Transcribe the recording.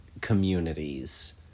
communities